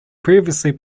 previously